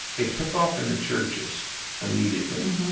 it took off in the churches immediately.